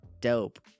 Dope